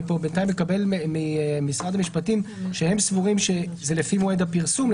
אני פה בינתיים מקבל ממשרד המשפטים שהם סבורים שזה לפי מועד הפרסום.